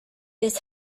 his